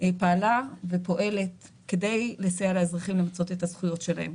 פעלה ופועלת כדי לסייע לאזרחים למצות את הזכויות שלהם.